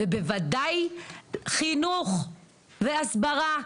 ובוודאי, חינוך והסברה,